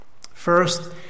First